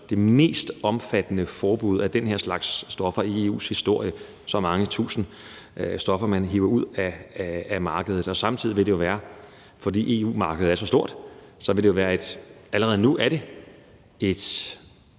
og mest omfattende forbud mod den her slags stoffer i EU's historie med så mange tusind stoffer, man hiver ud af markedet, og samtidig vil det, fordi EU-markedet er så stort, være og er det allerede nu et meget,